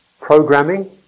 programming